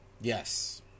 Yes